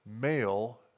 male